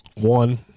One